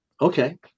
Okay